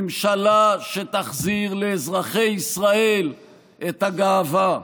ממשלה שתחזיר לאזרחי ישראל את הגאווה.